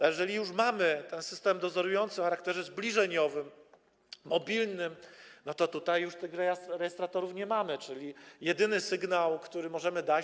A jeżeli mamy system dozorujący o charakterze zbliżeniowym, mobilnym, to tutaj już tych rejestratorów nie mamy, czyli jedyny sygnał, który możemy dać.